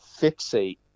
fixate